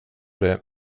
det